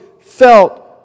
felt